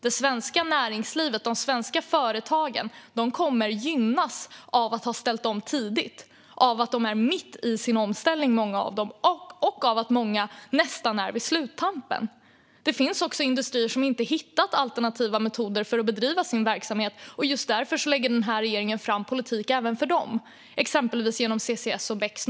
Det svenska näringslivet och de svenska företagen kommer att gynnas av att ha ställt om tidigt. Många av dem är mitt i sin omställning, och många är nästan på sluttampen. Det finns också industrier som inte hittat alternativa metoder för att bedriva sin verksamhet. Just därför lägger denna regering fram politik även för dem. Det handlar exempelvis om CCS och BECCS.